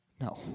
No